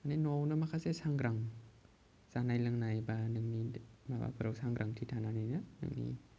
माने न'आवनो माखासे सांग्रां जानाय लोंनाय बा नोंनि माबाफोराव सांग्रांथि थानानैनो नोंनि